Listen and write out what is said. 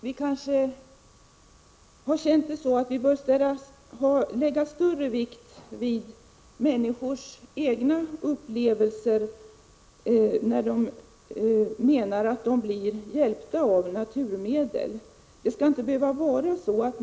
Vi anser att man kanske bör lägga större vikt vid människors egna upplevelser, när de menar att de blir hjälpta av naturmedel.